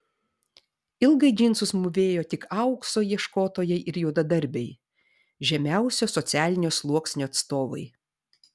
ilgai džinsus mūvėjo tik aukso ieškotojai ir juodadarbiai žemiausio socialinio sluoksnio atstovai